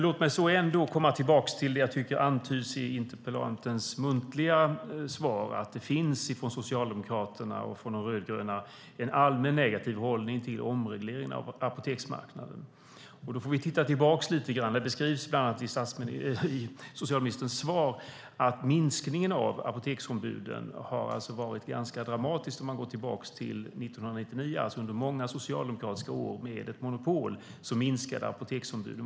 Låt mig komma tillbaka till det som jag tycker antyds i interpellantens inlägg, att det hos Socialdemokraterna och övriga rödgröna partier finns en allmän negativ hållning till omregleringen av apoteksmarknaden. Låt oss därför titta tillbaka i tiden lite grann. Det sägs i socialministerns svar bland annat att minskningen av apoteksombuden har varit ganska dramatisk om man går tillbaka till 1999. Under många socialdemokratiska år med monopol minskade alltså apoteksombuden.